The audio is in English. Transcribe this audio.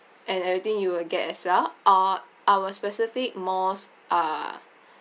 and everything you will get as well uh our specific malls are